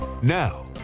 Now